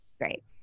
great